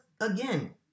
again